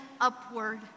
upward